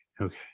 okay